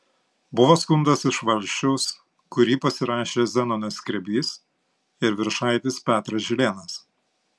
buvo skundas iš valsčiaus kurį pasirašė zenonas skrebys ir viršaitis petras žilėnas